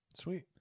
sweet